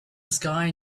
sky